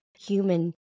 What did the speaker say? human